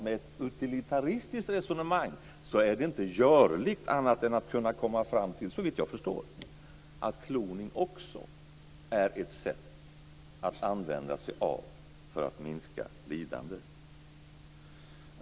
Med ett utilitaristiskt resonemang är det klart att det inte är görligt annat än att kunna komma fram till att, såvitt jag förstår, kloning också är något att använda sig av för att minska lidande.